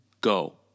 go